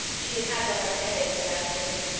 she had had one of her headaches that afternoon,